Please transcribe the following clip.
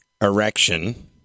erection